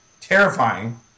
terrifying